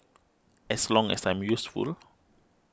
as long as I'm useful